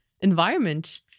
environment